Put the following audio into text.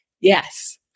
Yes